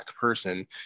person